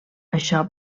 això